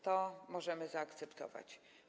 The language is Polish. To możemy zaakceptować.